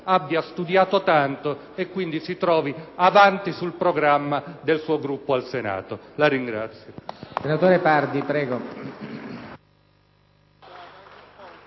abbia studiato tanto e quindi si trovi avanti sul programma del suo Gruppo al Senato. (Applausi